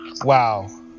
Wow